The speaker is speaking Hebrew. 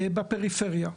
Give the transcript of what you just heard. בפריפריה.